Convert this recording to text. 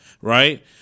right